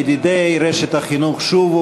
ידידי רשת החינוך "שובו".